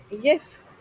yes